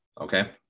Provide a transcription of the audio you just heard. okay